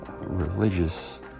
religious